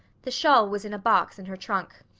the shawl was in a box in her trunk.